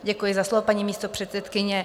Děkuji za slovo, paní místopředsedkyně.